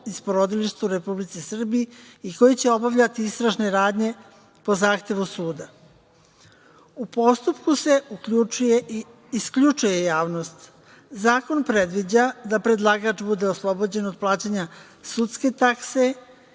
iz porodilišta u Republici Srbiji i koji će obavljati istražne radnje po zahtevu suda. U postupku se isključuje javnost. Zakon predviđa da predlagač bude oslobođen od plaćanja sudske takse